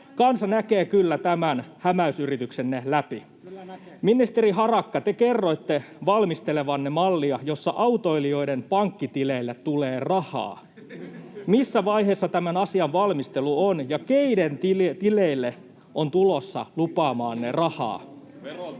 Kansa näkee kyllä tämän hämäysyrityksenne läpi. [Mika Niikko: Kyllä näkee!] Ministeri Harakka, te kerroitte valmistelevanne mallia, jossa autoilijoiden pankkitileille tulee rahaa. Missä vaiheessa tämän asian valmistelu on, ja keiden tileille on tulossa lupaamaanne rahaa?